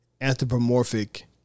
anthropomorphic